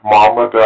Mama